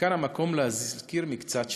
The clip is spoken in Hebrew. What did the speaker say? וכאן המקום להזכיר מקצת שבחו.